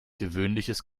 gewöhnliches